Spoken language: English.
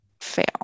fail